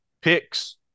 picks